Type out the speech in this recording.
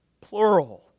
Plural